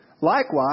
Likewise